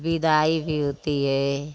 विदाई भी होती है